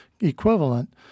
equivalent